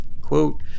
quote